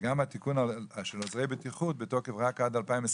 וגם התיקון של עוזרי בטיחות בתוקף רק עד 2024,